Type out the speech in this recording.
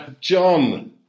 John